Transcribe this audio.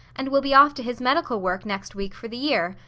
and will be off to his medical work next week fer the year,